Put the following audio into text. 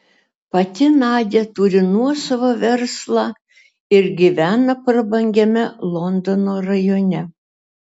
pati nadia turi nuosavą verslą ir gyvena prabangiame londono rajone